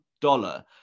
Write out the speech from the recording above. dollar